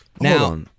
Now